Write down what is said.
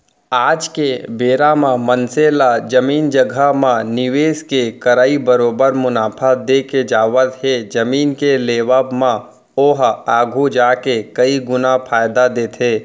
आज के बेरा म मनसे ला जमीन जघा म निवेस के करई बरोबर मुनाफा देके जावत हे जमीन के लेवब म ओहा आघु जाके कई गुना फायदा देथे